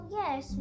yes